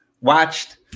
watched